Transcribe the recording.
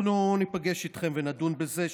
אנחנו ניפגש איתכם ונדון בזה.